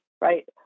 Right